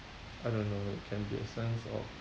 I don't know it can be a sense of